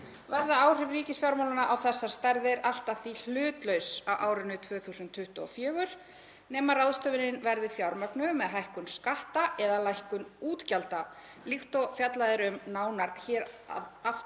verða áhrif ríkisfjármálanna á þessar stærðir allt að því hlutlaus á árinu 2024 nema ráðstöfunin verði fjármögnuð með hækkun skatta eða lækkun útgjalda, líkt og nánar er fjallað um hér aftar.“